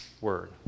word